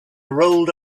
rolled